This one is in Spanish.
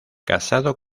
casado